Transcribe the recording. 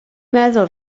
meddwl